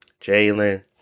Jalen